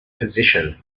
position